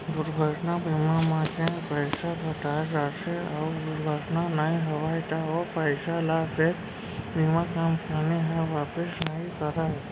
दुरघटना बीमा म जेन पइसा पटाए जाथे अउ दुरघटना नइ होवय त ओ पइसा ल फेर बीमा कंपनी ह वापिस नइ करय